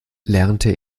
lernte